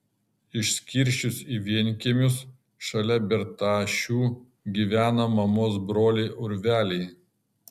išskirsčius į vienkiemius šalia bertašių gyveno mamos broliai urveliai